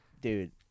Dude